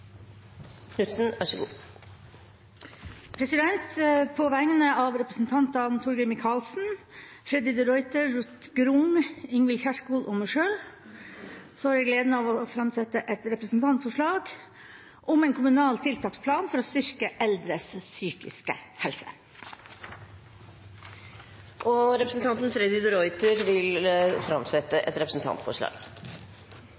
På vegne av representantene Torgeir Micaelsen, Freddy de Ruiter, Ruth Grung, Ingvild Kjerkol og meg sjøl har jeg gleden av å framsette et representantforslag om en kommunal tiltaksplan for å styrke eldres psykiske helse. Representanten Freddy de Ruiter vil framsette